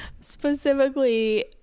specifically